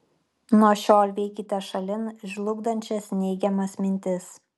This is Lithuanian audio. nuo šiol vykite šalin žlugdančias neigiamas mintis